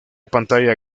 pantalla